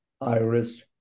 Iris